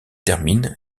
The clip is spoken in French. termine